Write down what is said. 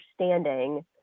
understanding